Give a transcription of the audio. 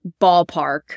ballpark